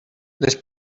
les